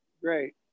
great